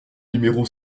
numéro